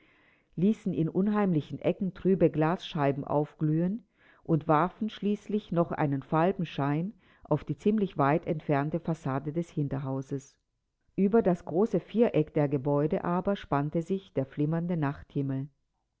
ließen in unheimlichen ecken trübe glasscheiben aufglühen und warfen schließlich noch einen falben schein auf die ziemlich weit entfernte fassade des hinterhauses ueber das große viereck der gebäude aber spannte sich der flimmernde nachthimmel